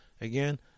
Again